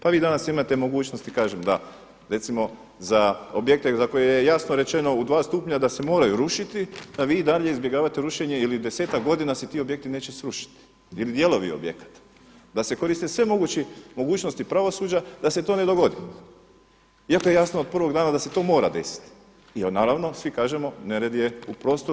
Pa vi danas imate mogućnosti da recimo za objekte za koje je jasno rečeno u dva stupnja da se moraju rušiti da vi i dalje izbjegavate rušenje ili desetak godina se ti objekti neće srušiti ili dijelovi objekata, da se koriste sve mogućnosti pravosuđa da se to ne dogodi, iako je jasno od prvog dana da se to mora desiti jel naravno svi kažemo nered je u prostoru.